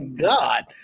God